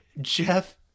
Jeff